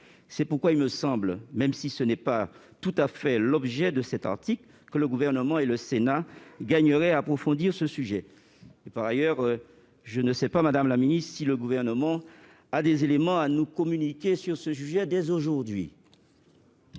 C'est pourquoi il me semble, même si ce n'est pas tout à fait l'objet de cet article, que le Gouvernement et le Sénat gagneraient à approfondir ce sujet. Par ailleurs, madame la ministre, le Gouvernement a peut-être des éléments à nous communiquer à ce sujet dès aujourd'hui.